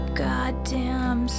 goddamn